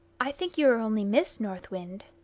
i think you are only miss north wind.